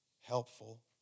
helpful